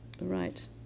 right